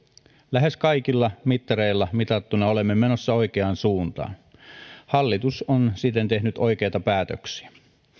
lähes kaikilla mittareilla mitattuna olemme menossa oikeaan suuntaan hallitus on siten tehnyt oikeita päätöksiä